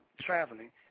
traveling